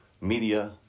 media